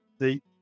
See